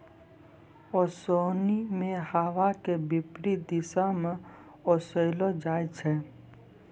ओसोनि मे हवा के विपरीत दिशा म ओसैलो जाय छै